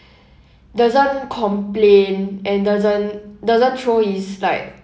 doesn't complain and doesn't doesn't throw his like